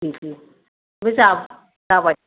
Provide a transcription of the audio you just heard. ओमफ्राय जाबाय